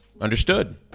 understood